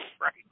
right